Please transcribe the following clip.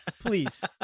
please